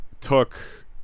took